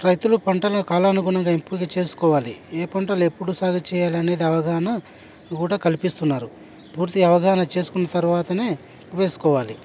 రైతులు పంటల కాలానుగుణంగా ఎంపిక చేసుకోవాలి ఏ పంటలు ఎప్పుడు సాగు చేయాలి అనేది అవగాహన కూడా కల్పిస్తున్నారు పూర్తి అవగాహన చేసుకున్న తరువాతనే వేసుకోవాలి